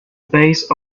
base